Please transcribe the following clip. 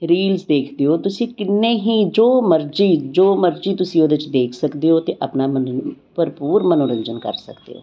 reels ਦੇਖਦੇ ਹੋ ਤੁਸੀਂ ਕਿੰਨੇ ਹੀ ਜੋ ਮਰਜ਼ੀ ਜੋ ਮਰਜ਼ੀ ਤੁਸੀਂ ਉਹਦੇ 'ਚ ਦੇਖ ਸਕਦੇ ਹੋ ਅਤੇ ਆਪਣਾ ਮਨੋਰੰ ਭਰਪੂਰ ਮਨੋਰੰਜਨ ਕਰ ਸਕਦੇ ਹੋ